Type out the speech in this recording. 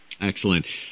Excellent